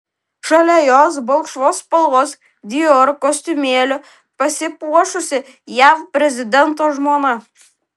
šalia jos balkšvos spalvos dior kostiumėliu pasipuošusi jav prezidento žmona